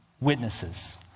witnesses